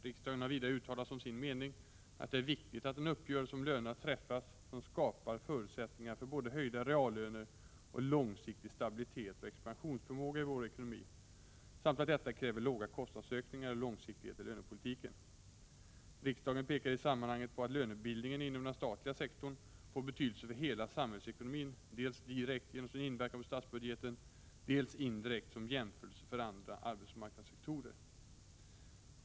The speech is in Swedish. Riksdagen har vidare uttalat som sin mening att det är viktigt att en uppgörelse om lönerna träffas som skapar förutsättningar för både höjda reallöner och långsiktig stabilitet och expansionsförmåga i vår ekonomi samt att detta kräver låga kostnadsökningar och långsiktighet i lönepolitiken. Riksdagen pekade i sammanhanget på att lönebildningen inom den statliga sektorn får betydelse för hela samhällsekonomin dels direkt genom sin inverkan på statsbudgeten, dels indirekt som jämförelse för andra arbetsmarknadssektorer.